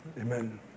Amen